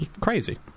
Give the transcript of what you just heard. Crazy